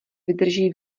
vydrží